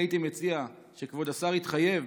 אני הייתי מציע שכבוד השר יתחייב,